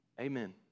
Amen